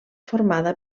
formada